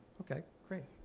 okay, great.